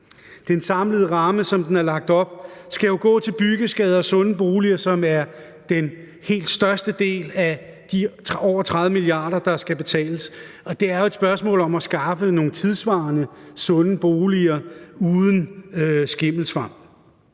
Den samlede ramme, som den er lagt op, skal jo gå til byggeskader og sunde boliger, som er størstedelen af de over 30 mia. kr., der skal betales, og det er jo et spørgsmål om at skaffe nogle tidssvarende, sunde boliger uden skimmelsvamp.